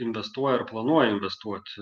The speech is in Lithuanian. investuoja ar planuoja investuoti